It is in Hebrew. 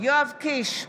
יואב קיש,